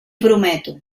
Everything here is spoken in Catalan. prometo